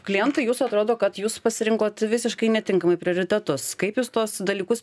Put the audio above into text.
klientui jūsų atrodo kad jūs pasirinkot visiškai netinkamai prioritetus kaip jūs tuos dalykus